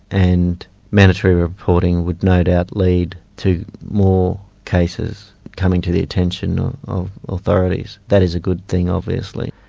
and mandatory reporting would no doubt lead to more cases coming to the attention of authorities. that is a good thing, obviously.